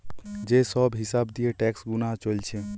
যে সব হিসাব দিয়ে ট্যাক্স গুনা চলছে